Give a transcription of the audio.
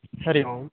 हरिः ओम्